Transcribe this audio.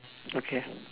okay